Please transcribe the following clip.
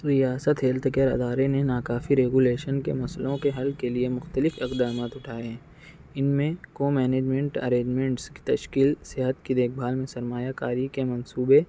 ریاست health care ادارے نے ناکافی ریگولیشن کے مسئلوں کے حل کے لیے مختلف اقدامات اٹھائے ہیں ان میں کومینجمنٹ ارینجمنٹس کی تشکیل صحت کی دیکھ بھال میں سرمایہ کاری کے منصوبہ